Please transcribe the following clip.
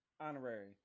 honorary